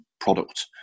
product